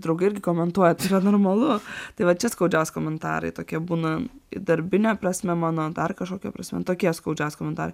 draugai irgi komentuoja tai yra normalu tai va čia skaudžiausi komentarai tokie būna darbine prasme mano dar kažkokia prasme nu tokie skaudžiausi komentarai